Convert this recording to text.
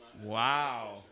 Wow